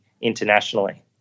internationally